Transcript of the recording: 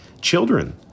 children